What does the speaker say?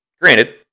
Granted